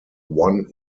won